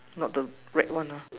not the red one lah